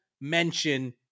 mention